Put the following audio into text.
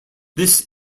this